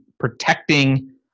protecting